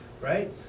right